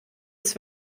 ist